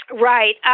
Right